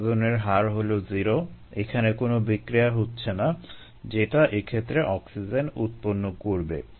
উৎপাদনের হার হলো 0 এখানে কোনো বিক্রিয়া হচ্ছে না যেটা এক্ষেত্রে অক্সিজেন উৎপন্ন করবে